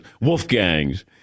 Wolfgang's